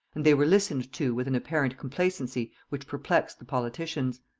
and they were listened to with an apparent complacency which perplexed the politicians.